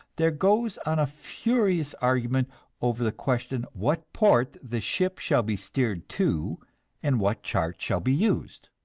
there goes on a furious argument over the question what port the ship shall be steered to and what chart shall be used.